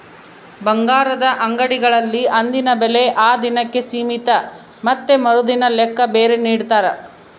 ಬಂಗಾರದ ಅಂಗಡಿಗಳಲ್ಲಿ ಅಂದಿನ ಬೆಲೆ ಆ ದಿನಕ್ಕೆ ಸೀಮಿತ ಮತ್ತೆ ಮರುದಿನದ ಲೆಕ್ಕ ಬೇರೆ ನಿಡ್ತಾರ